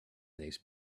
these